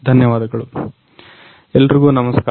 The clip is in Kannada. ಧನ್ಯವಾದಗಳು ಎಲ್ರಿಗೂ ನಮಸ್ಕಾರ